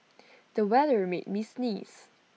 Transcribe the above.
the weather made me sneeze